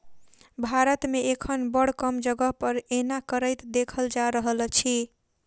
भारत मे एखन बड़ कम जगह पर एना करैत देखल जा रहल अछि